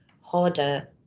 harder